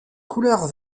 couleur